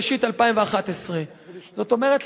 ראשית 2011. זאת אומרת,